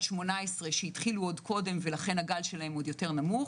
18 שהתחילו עוד קודם ולכן הגל שלהם עוד יותר נמוך.